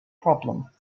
problem